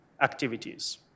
activities